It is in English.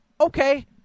Okay